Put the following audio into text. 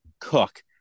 cook